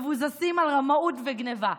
מבוססים על רמאות וגנבה?